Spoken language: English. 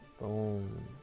Boom